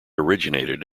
originated